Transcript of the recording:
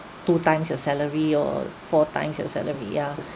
two times your salary or four times your salary ya